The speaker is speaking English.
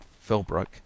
Philbrook